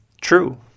true